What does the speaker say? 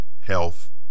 health